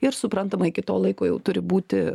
ir suprantama iki to laiko jau turi būti